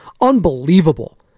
unbelievable